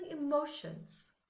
emotions